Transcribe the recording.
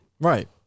right